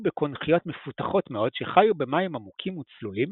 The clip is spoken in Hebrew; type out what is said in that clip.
בקונכיות "מפותחות מאוד" שחיו במים עמוקים וצלולים